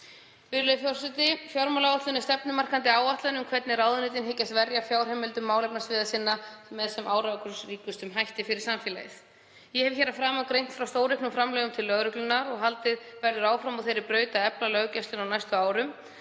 Virðulegi forseti. Fjármálaáætlanir eru stefnumarkandi áætlanir um hvernig ráðuneytin hyggjast verja fjárheimildum málefnasviða sinna með sem árangursríkustum hætti fyrir samfélagið. Ég hef hér að framan greint frá stórauknum framlögum til lögreglunnar og haldið verður áfram á þeirri braut að efla löggæsluna á næstu árum.